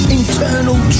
internal